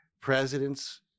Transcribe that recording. Presidents